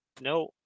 No